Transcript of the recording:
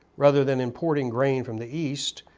rather than importing grain from the east,